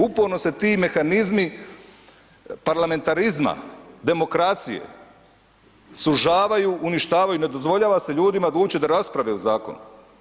Uporno se ti mehanizmi parlamentarizma, demokracije sužavaju, uništavaju ne dozvoljava se ljudima da uopće rasprave o zakonu.